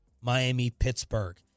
Miami-Pittsburgh